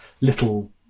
little